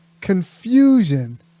confusion